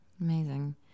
Amazing